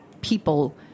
people